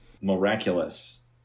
Miraculous